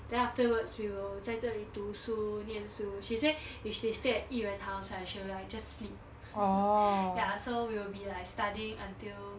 then afterwards we will 在这里读书念书 she say if she stay at yi ren house right she will like just sleep ya so we will be like studying until